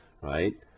right